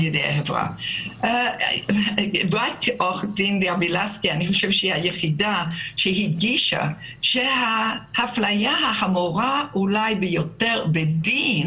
רק עורכת הדין גבי לסקי הדגישה שהאפליה החמורה ביותר בדין